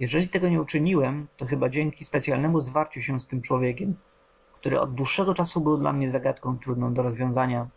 jeżeli tego nie uczyniłem to chyba dzięki specyalnemu zwarciu się z tym człowiekiem który od dłuższego czasu był dla mnie zagadką trudną do rozwiązania